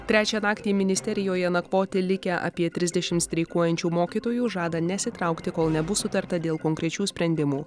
trečiąją naktį ministerijoje nakvoti likę apie trisdešimt streikuojančių mokytojų žada nesitraukti kol nebus sutarta dėl konkrečių sprendimų